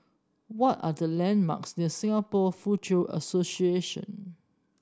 what are the landmarks near Singapore Foochow Association